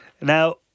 Now